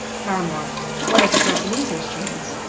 paramore one of the japanese instruments.